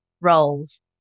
roles